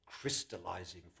crystallizing